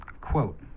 quote